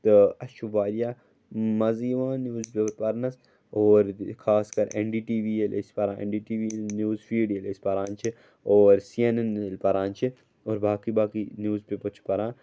تہٕ اَسہِ چھُ واریاہ مَزٕ یِوان نِوٕز پیپَر پَرنَس اور خاص کَر اٮ۪ن ڈی ٹی وی ییٚلہِ أسۍ پَران N D T V news feed ییٚلہِ أسۍ پَران چھِ اور سی اٮ۪ن اٮ۪ن ییٚلہِ پَران چھِ اور باقٕے باقٕے نِوٕز پیپَر چھِ پَران